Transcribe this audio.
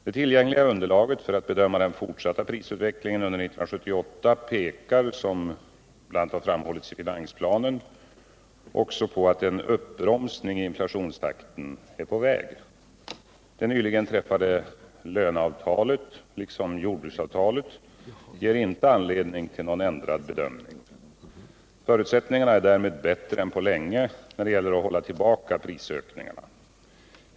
Det tillgängliga underlaget för att bedöma den fortsatta prisutvecklingen under 1978 pekar också, som bl.a. har framhållits i finansplanen, på att en uppbromsning i inflationstakten är på väg. Det nyligen träffade löneavtalet, liksom jordbruksavtalet, ger inte anledning till någon ändrad bedömning. Förutsättningarna är därmed bättre än på länge när det gäller att hålla tillbaka prisökningarna.